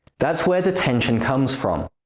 that's where the tension comes from.